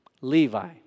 Levi